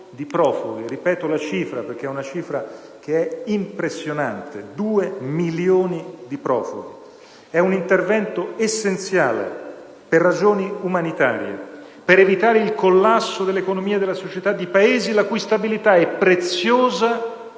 2 milioni di profughi. Ripeto la cifra perché è impressionante: 2 milioni di profughi. È un intervento essenziale per ragioni umanitarie e per evitare il collasso dell'economia e della società di Paesi la cui stabilità è preziosa